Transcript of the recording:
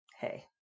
hey